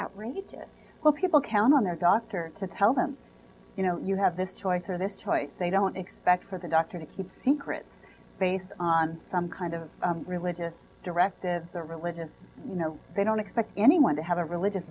outrageous well people count on their doctor to tell them you know you have this choice or this choice they don't expect for the doctor to keep secret based on some kind of religious directives or religion you know they don't expect anyone to have a religious